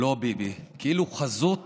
לא ביבי", כאילו חזות